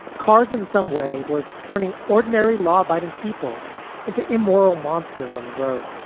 cars in some way were turning ordinary, law abiding people into immoral monsters on the road.